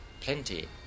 plenty